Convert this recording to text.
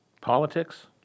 politics